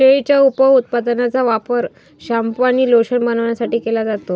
शेळीच्या उपउत्पादनांचा वापर शॅम्पू आणि लोशन बनवण्यासाठी केला जातो